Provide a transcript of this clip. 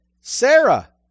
Sarah